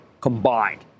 combined